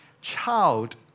Child